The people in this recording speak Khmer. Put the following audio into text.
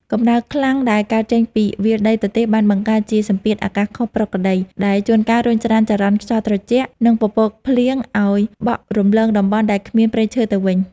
កម្ដៅខ្លាំងដែលកើតចេញពីវាលដីទទេរបានបង្កើតជាសម្ពាធអាកាសខុសប្រក្រតី ដែលជួនកាលរុញច្រានចរន្តខ្យល់ត្រជាក់ និងពពកភ្លៀងឱ្យបក់រំលងតំបន់ដែលគ្មានព្រៃឈើទៅវិញ។